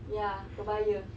ya kebaya